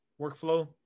workflow